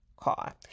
car